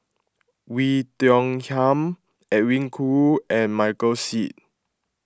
Oei Tiong Ham Edwin Koo and Michael Seet